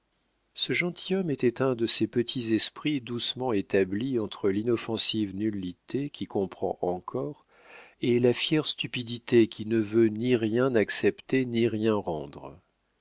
ce gentilhomme était un de ces petits esprits doucement établis entre l'inoffensive nullité qui comprend encore et la fière stupidité qui ne veut ni rien accepter ni rien rendre